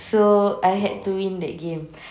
so I had to win that game